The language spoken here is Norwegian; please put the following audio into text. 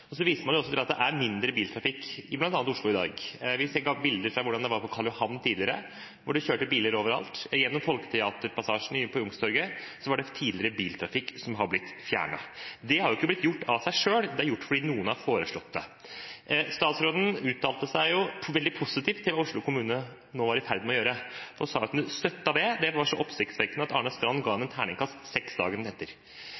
Så viser man også til at det er mindre biltrafikk i bl.a. Oslo i dag. Vi ser bl.a. bilder fra hvordan det var på Karl Johan tidligere, hvor det kjørte biler overalt. Gjennom Folketeaterpassasjen på Youngstorget var det tidligere biltrafikk, som har blitt fjernet. Det har jo ikke blitt gjort av seg selv; det har blitt gjort fordi noen har foreslått det. Statsråden uttalte seg veldig positivt til det som Oslo kommune nå er i ferd med å gjøre, og sa at hun støttet det. Det var så oppsiktsvekkende at Arne Strand ga henne terningkast